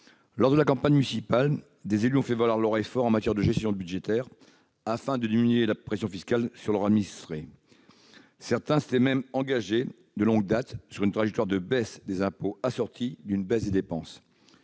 pour les élections municipales, des élus ont fait valoir leurs efforts, en matière de gestion budgétaire, pour diminuer la pression fiscale exercée sur leurs administrés. Certains s'étaient même engagés de longue date sur une trajectoire de baisse des impôts, assortie d'une baisse des dépenses